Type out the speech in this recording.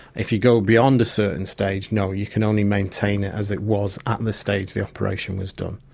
if you go beyond a certain stage, no, you can only maintain it as it was at and the stage the operation was done.